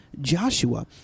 Joshua